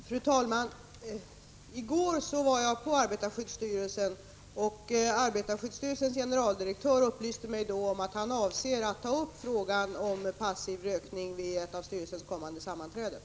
Fru talman! I går var jag på arbetarskyddsstyrelsen, och arbetarskyddsstyrelsens generaldirektör upplyste mig då om att han vid ett av styrelsens kommande sammanträden avser att ta upp frågan om passiv rökning.